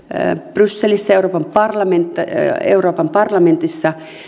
brysselissä euroopan parlamentissa